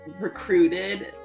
recruited